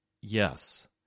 Yes